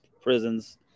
prisons